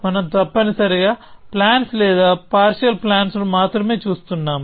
మనం తప్పనిసరిగా ప్లాన్స్ లేదా పార్షియల్ ప్లాన్స్ ను మాత్రమే చూస్తున్నాము